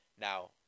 Now